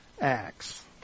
Acts